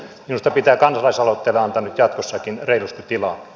minusta pitää kansalaisaloitteille antaa nyt jatkossakin reilusti tilaa